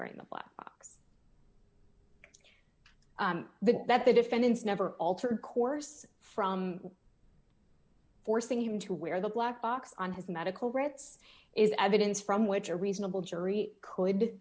wearing the black but that the defendants never altered course from forcing him to wear the black box on his medical records is evidence from which a reasonable jury could